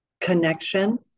connection